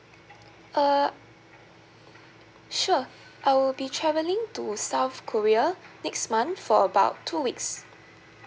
uh sure I will be travelling to south korea next month for about two weeks